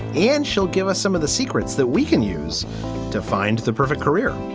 and she'll give us some of the secrets that we can use to find the perfect career.